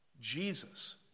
Jesus